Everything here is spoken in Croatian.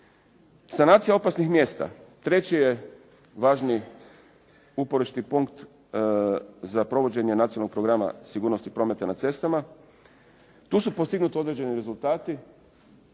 Sanacija opasnih mjesta treći je važni uporišni punkt za provođenje Nacionalnog programa sigurnosti prometa na cestama. Tu su postignuti određeni rezultati